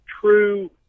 true